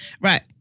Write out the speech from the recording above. Right